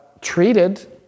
treated